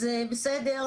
אז בסדר,